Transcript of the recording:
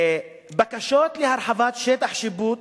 בקשות להרחבת שטח שיפוט